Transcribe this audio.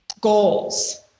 Goals